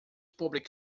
public